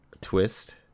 twist